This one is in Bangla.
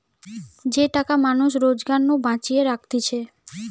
যে টাকা মানুষ রোজগার নু বাঁচিয়ে রাখতিছে